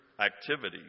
activities